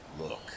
Look